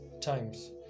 times